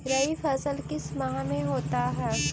रवि फसल किस माह में होता है?